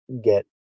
get